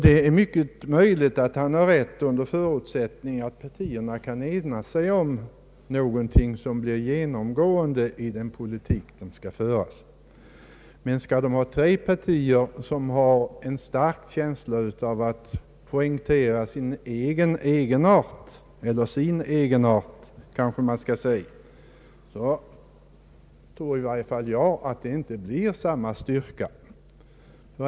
Det är mycket möjligt att han har rätt under förutsättning att partierna kan ena sig om den politik som skall föras. Men om dessa tre partier vill poängtera sin egenart blir de inte starka.